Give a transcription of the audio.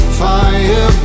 fire